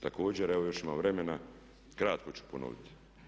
Također evo još imam vremena, kratko ću ponoviti.